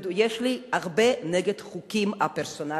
יש לי הרבה נגד החוקים הפרסונליים,